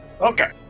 Okay